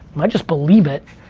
i just believe it.